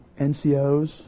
NCOs